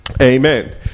Amen